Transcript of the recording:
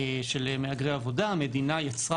ברוב הענפים האחרים של מהגרי עבודה המדינה יצרה